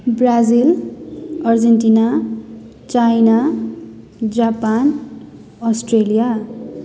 Brazil Argentina China Japan Australia